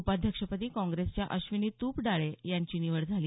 उपाध्यक्षपदी काँग्रेसच्या अश्विनी तुपडाळे यांची निवड झाली